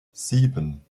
sieben